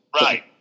Right